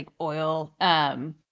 oil